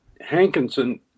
Hankinson